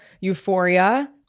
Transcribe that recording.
Euphoria